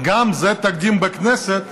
גם זה תקדים בכנסת,